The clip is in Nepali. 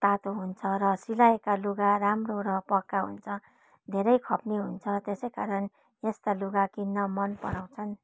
तातो हुन्छ र सिलाएका लुगा राम्रो र पक्का हुन्छ धेरै खप्ने हुन्छ त्यसै कारण यस्ता लुगा किन्न मन पराउँछन्